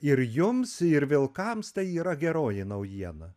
ir jums ir vilkams tai yra geroji naujiena